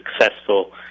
successful